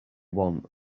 want